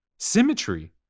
Symmetry